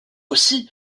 aussi